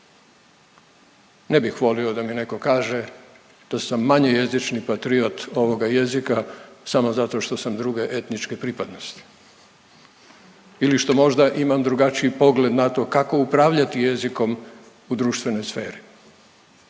Ne bih volio da mi netko kaže da sam manje jezični patriot ovoga jezika samo zato što sam druge etničke pripadnosti ili što možda imam drugačiji pogled na to kako upravljati jezikom u društvene sfere.